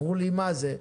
אמרו לי, מה זה?